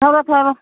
ꯊꯧꯔꯣ ꯊꯧꯔꯣ